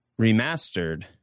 remastered